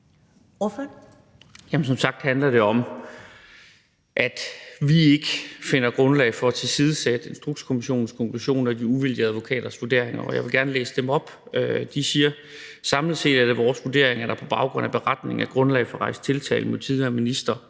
Som sagt handler det om, at vi ikke finder grundlag for at tilsidesætte Instrukskommissionens konklusioner og de uvildige advokaters vurderinger, og jeg vil gerne læse op fra dem. De siger: »Samlet set er det vores vurdering, at der på baggrund af Beretningen er grundlag for at rejse tiltale mod tidligere minister